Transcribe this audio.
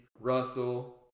Russell